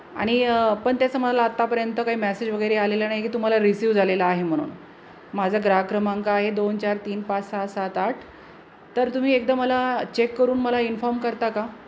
आणि पण त्याचं मला आत्तापर्यंत काही मॅसेज वगैरे आलेला नाही की तुम्हाला रिसिव्ह झालेला आहे म्हणून माझा ग्राहक क्रमांक आहे दोन चार तीन पाच सहा सात आठ तर तुम्ही एकदा मला चेक करून मला इन्फॉम करता का